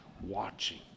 watching